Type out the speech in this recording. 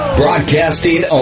broadcasting